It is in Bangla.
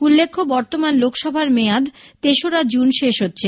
উল্লেখ্য বর্তমান লোকসভার মেয়াদ তেসরা জুন শেষ হচ্ছে